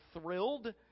thrilled